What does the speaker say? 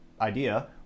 idea